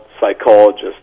psychologist